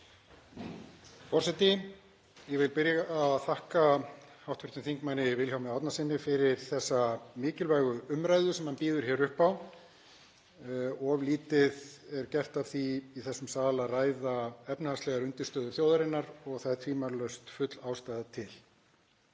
Forseti. Ég vil byrja á að þakka hv. þm. Vilhjálmi Árnasyni fyrir þessa mikilvægu umræðu sem hann býður upp á. Of lítið er gert af því í þessum sal að ræða efnahagslegar undirstöður þjóðarinnar og það er tvímælalaust full ástæða til.